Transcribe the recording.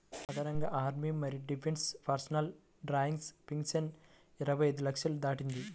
అదనంగా ఆర్మీ మరియు defence personnel drawing pension ఇరవై ఐదు లక్షలు దాటింది